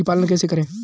बकरी पालन कैसे करें?